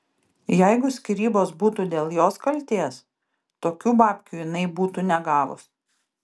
jeigu skyrybos būtų dėl jos kaltės tokių babkių jinai būtų negavus